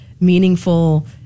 meaningful